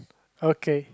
okay